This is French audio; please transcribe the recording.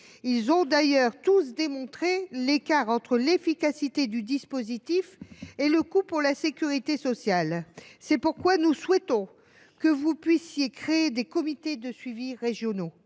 ont d’ailleurs tous démontré un écart entre l’efficacité du dispositif et le coût pour la sécurité sociale. C’est pourquoi nous souhaitons que vous puissiez créer des comités de suivi régionaux,